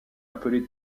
appelé